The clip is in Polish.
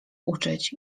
uczyć